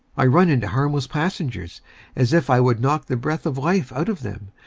i run into harmless passengers as if i would knock the breath of life out of them,